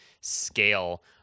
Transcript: scale